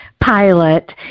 pilot